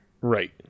right